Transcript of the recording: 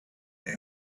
they